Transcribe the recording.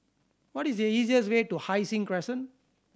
what is the easiest way to Hai Sing Crescent